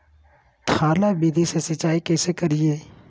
थाला विधि से सिंचाई कैसे करीये?